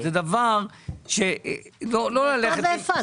זה איפה ואיפה.